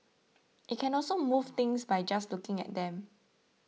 it can also move things by just looking at them